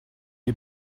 est